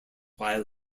while